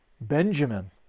Benjamin